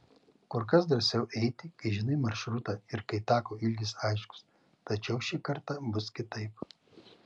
kur kas drąsiau eiti kai žinai maršrutą ir kai tako ilgis aiškus tačiau šį kartą bus kitaip